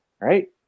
right